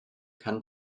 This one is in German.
kann